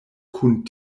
kun